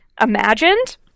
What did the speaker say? imagined